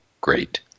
great